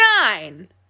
nine